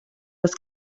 das